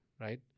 right